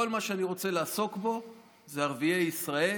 כל מה שאני רוצה לעסוק בו זה ערביי ישראל,